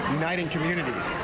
uniting communities.